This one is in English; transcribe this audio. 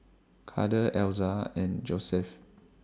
Kade Elza and Joesph